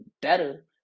better